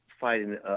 fighting